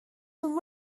will